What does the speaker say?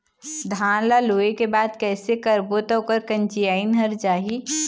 धान ला लुए के बाद कइसे करबो त ओकर कंचीयायिन हर जाही?